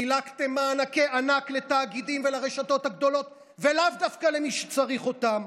חילקתם מענקי ענק לתאגידים ולרשתות הגדולות ולאו דווקא למי שצריך אותם.